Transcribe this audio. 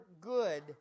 good